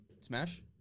Smash